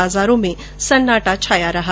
बाजारों में भी सन्नाटा छाया रहा